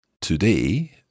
Today